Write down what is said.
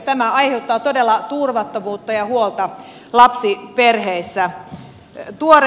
tämä aiheuttaa todella turvattomuutta ja huolta lapsiperheissä